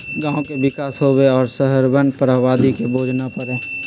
गांव के विकास होवे और शहरवन पर आबादी के बोझ न पड़ई